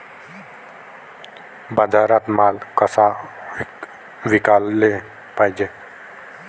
बाजारात माल कसा विकाले पायजे?